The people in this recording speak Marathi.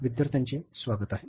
विद्यार्थ्यांचे स्वागत आहे